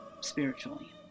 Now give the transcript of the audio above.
spiritually